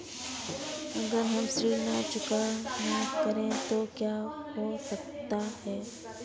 अगर हम ऋण चुकता न करें तो क्या हो सकता है?